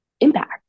Impact